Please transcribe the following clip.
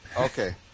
Okay